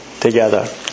together